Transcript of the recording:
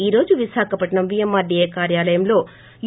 ఈ రోజు విశాఖపట్సం విఎంఆర్డిఏ కార్యాలయంలో యు